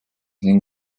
ning